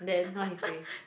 then what he say